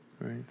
Right